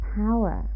power